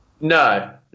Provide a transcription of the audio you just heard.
No